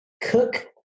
Cook